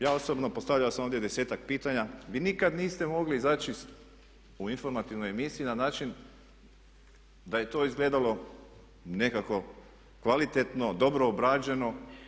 Ja osobno postavio sam ovdje 10-ak pitanja, vi nikada niste mogli izaći u informativnoj emisiji na način da je to izgledalo nekako kvalitetno, dobro obrađeno.